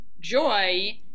joy